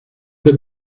the